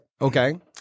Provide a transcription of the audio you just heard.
Okay